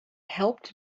helped